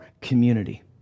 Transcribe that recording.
community